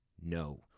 no